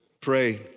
Pray